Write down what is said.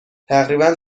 تقریبا